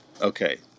Okay